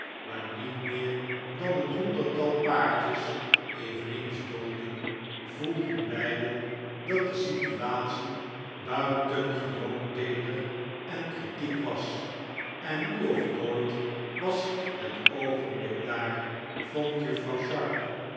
waar niet meer dan een honderdtal paartjes eveneens doolden voelden beiden dat de situatie buitengewoon teeder en kritiek was en nu of nooit was het oogenblik daar vond juffrouw sharp